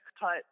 cut